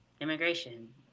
immigration